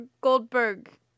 Goldberg